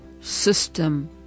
system